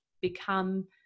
become